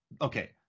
okay